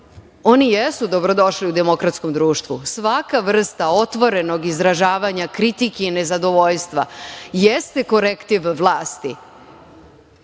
Oni jesu dobrodošli u demokratskom društvu. Svaka vrsta otvorenog izražavanja, kritike i nezadovoljstva, jeste korektiv vlasti